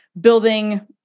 building